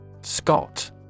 Scott